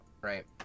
right